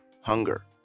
Hunger